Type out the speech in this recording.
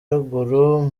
ruguru